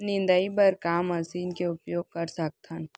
निंदाई बर का मशीन के उपयोग कर सकथन?